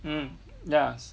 mm yeah